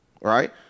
right